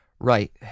Right